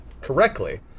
correctly